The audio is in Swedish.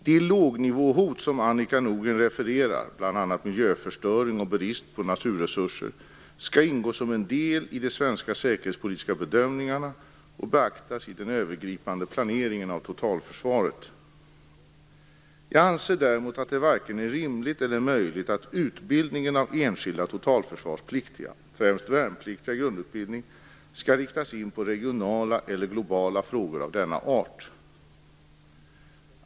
De lågnivåhot som Annika Nordgren refererar - bl.a. miljöförstöring och brist på naturresurser - skall ingå som en del i de svenska säkerhetspolitiska bedömningarna och beaktas i den övergripande planeringen av totalförsvaret. Jag anser däremot att det är varken rimligt eller möjligt att utbildningen av enskilda totalförsvarspliktiga - främst värnpliktiga i grundutbildning - skall riktas in på regionala eller globala frågor av denna art.